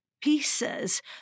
pieces